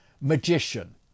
magician